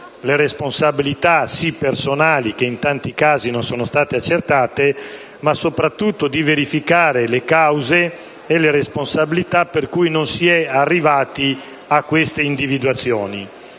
le responsabilità personali che in tanti casi non sono state appurate, ma soprattutto a verificare le cause e le responsabilità per cui non si è arrivati a queste individuazioni.